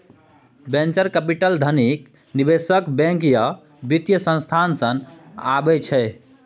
venture capital धनिक निबेशक, bank या बित्तीय संस्थान सँ अबै छै